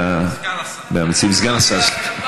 סגן השר.